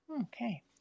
Okay